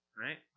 right